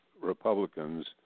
Republicans